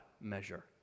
measure